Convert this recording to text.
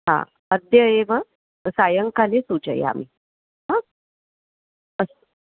हा अद्य एव सायङ्काले सूचयामि हा अस्तु